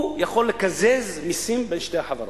הוא יכול לקזז מסים בין שתי החברות.